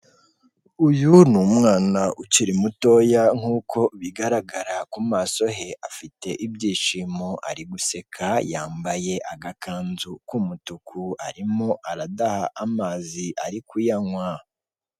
Uyu ni umwana ukiri mutoya nk'uko bigaragara ku maso he, afite ibyishimo ari guseka yambaye agakanzu k'umutuku, arimo aradaha amazi ari kuyanywa.